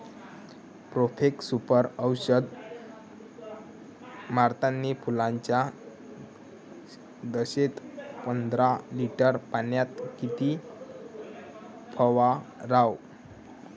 Profex Super औषध मारतानी फुलाच्या दशेत पंदरा लिटर पाण्यात किती फवाराव?